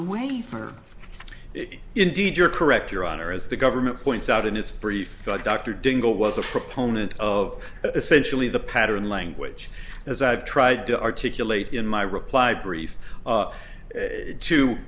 only if indeed you're correct your honor as the government points out in its brief dr dingell was a proponent of essentially the pattern language as i've tried to articulate in my reply brief up to